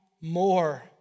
more